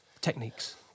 Techniques